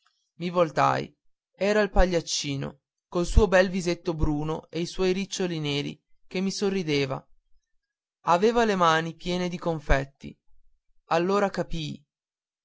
i voltai era il pagliaccino col suo bel visetto bruno e i suoi riccioli neri che mi sorrideva aveva le mani piene di confetti allora capii